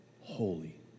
holy